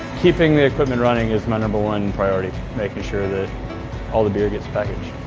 keeping the equipment running is my number one priority, making sure that all the beer gets packaged.